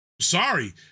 Sorry